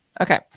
Okay